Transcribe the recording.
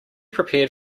prepared